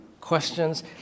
Questions